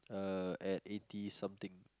uh at eighty something